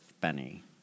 Benny